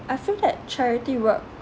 I think that charity work